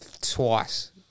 Twice